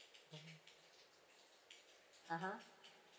mmhmm a'ah